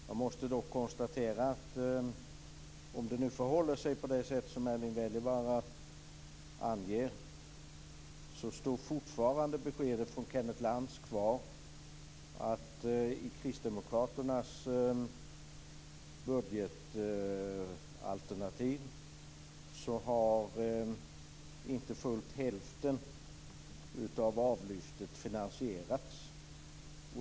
Jag måste dock konstatera att om det nu förhåller sig på det sätt som Erling Wälivaara anger står beskedet från Kenneth Lantz fortfarande kvar om att i Kristdemokraternas budgetalternativ har inte fullt hälften av avlyftet finansierats.